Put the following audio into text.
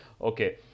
Okay